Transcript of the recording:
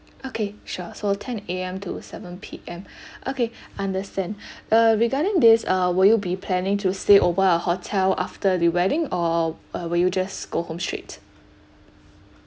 okay sure so ten A_M to seven P_M okay understand uh regarding this uh will you be planning to stay over our hotel after the wedding or uh will you just go home straight